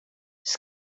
does